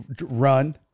run